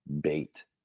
bait